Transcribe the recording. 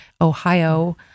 ohio